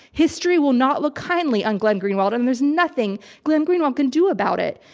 history will not look kindly on glenn greenwald and there's nothing glenn greenwald can do about it.